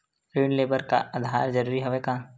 ऋण ले बर आधार जरूरी हवय का?